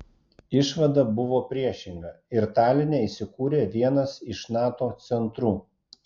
išvada buvo priešinga ir taline įsikūrė vienas iš nato centrų